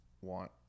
want